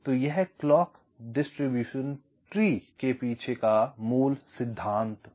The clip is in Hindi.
तो यह क्लॉक डिस्ट्रीब्यूशन ट्री के पीछे मूल सिद्धांत है